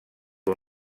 del